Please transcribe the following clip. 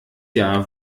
jahr